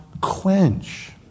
quench